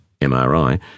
MRI